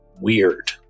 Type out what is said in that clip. weird